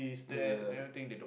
ya